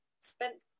spent